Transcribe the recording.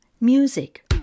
music